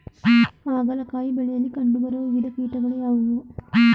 ಹಾಗಲಕಾಯಿ ಬೆಳೆಯಲ್ಲಿ ಕಂಡು ಬರುವ ವಿವಿಧ ಕೀಟಗಳು ಯಾವುವು?